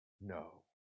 no